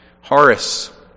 Horace